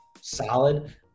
solid